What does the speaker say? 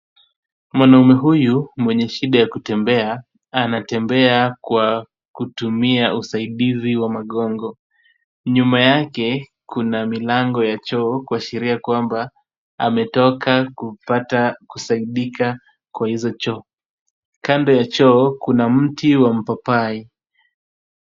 Mwanaume huyu mwenye shida ya kutembea, anatembea kwa kutumia usaidizi wa magongo. Nyuma yake kuna milango ya choo kuashiria kwamba ametoka kupata kusaidika kwa hizo choo. Kando ya choo kuna mti wa mpapai.